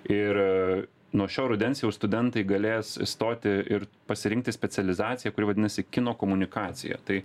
ir nuo šio rudens jau studentai galės stoti ir pasirinkti specializaciją kuri vadinasi kino komunikacija tai